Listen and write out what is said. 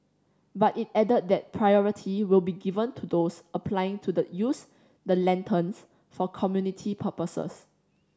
but it added that priority will be given to those applying to use the lanterns for community purposes